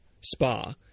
Spa